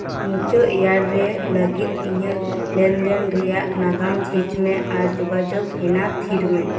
ᱢᱩᱪᱟᱹᱫ ᱤᱭᱟᱨ ᱨᱮ ᱞᱟᱹᱜᱤᱫ ᱤᱧᱟᱹᱜ ᱞᱮᱱᱫᱮᱱ ᱨᱮᱭᱟᱜ ᱱᱟᱜᱟᱢ ᱡᱷᱤᱡ ᱢᱮ ᱟᱨ ᱡᱳᱜᱟᱡᱳᱜ ᱦᱮᱱᱟ ᱛᱷᱤᱨ ᱢᱮ